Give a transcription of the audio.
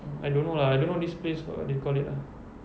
I don't know lah I don't know this place what what they call it lah